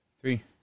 Three